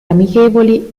amichevoli